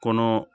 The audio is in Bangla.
কোনো